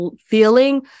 feeling